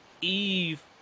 Eve